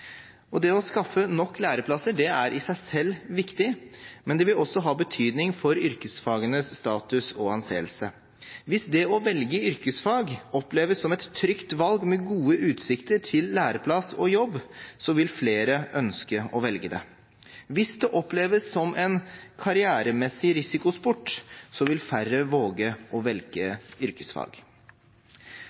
Det å skaffe nok læreplasser er i seg selv viktig, men det vil også ha betydning for yrkesfagenes status og anseelse. Hvis det å velge yrkesfag oppleves som et trygt valg med gode utsikter til læreplass og jobb, vil flere ønske å velge det. Hvis det oppleves som en karrieremessig risikosport, vil færre våge å velge yrkesfag.